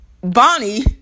Bonnie